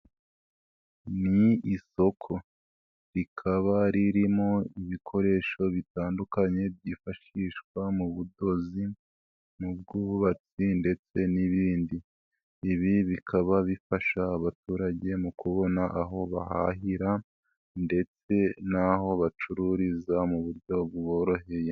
Ni isoko, rikaba ririmo ibikoresho bitandukanye byifashishwa mu budozi, mu bwubatsi ndetse n'ibindi. Ibi bikaba bifasha abaturage mu kubona aho bahahira ndetse n'aho bacururiza mu buryo buboroheye.